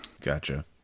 Gotcha